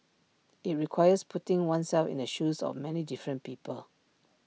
IT requires putting oneself in the shoes of many different people